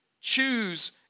choose